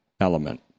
element